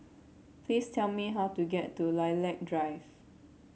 please tell me how to get to Lilac Drive